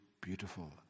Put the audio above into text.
beautiful